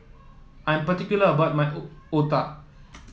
I am particular about my O Otah